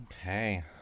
Okay